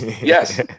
yes